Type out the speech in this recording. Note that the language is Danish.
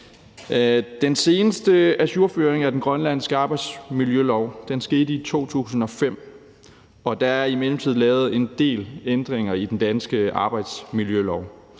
Den seneste ajourføring af den grønlandske arbejdsmiljølov skete i 2005, og der er i mellemtiden lavet en del ændringer i den danske arbejdsmiljølov.